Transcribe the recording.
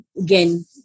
again